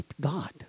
God